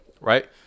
right